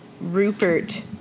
Rupert